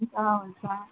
हुन्छ हुन्छ